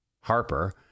Harper